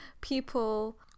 people